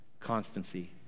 constancy